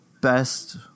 best